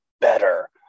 better